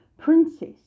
princess